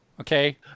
Okay